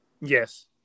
Yes